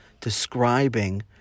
describing